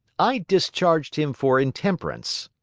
i discharged him for intemperance.